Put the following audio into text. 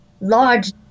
large